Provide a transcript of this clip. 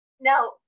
Now